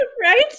Right